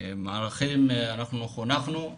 אנחנו חונכנו על ערכים,